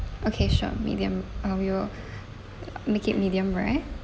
okay sure medium uh we will make it medium rare